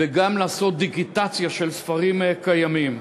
וגם לעשות דיגיטציה של ספרים קיימים.